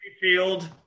field